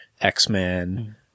X-Men